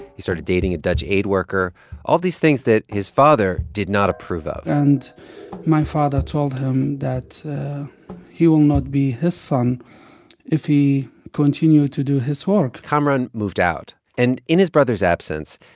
he started dating a dutch aid worker all of these things that his father did not approve of and my father told him that he will not be his son if he continued to do his work kamaran moved out. and in his brother's absence,